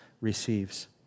receives